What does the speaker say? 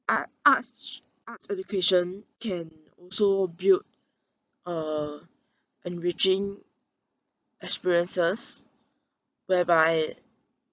art arts arts education can also build uh enriching experiences whereby